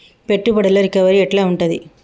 పెట్టుబడుల రికవరీ ఎట్ల ఉంటది?